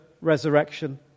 resurrection